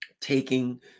taking